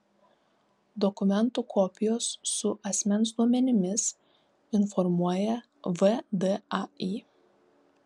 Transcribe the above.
dokumentų kopijos su asmens duomenimis informuoja vdai